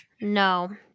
No